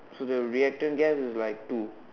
so the reactant gas is like two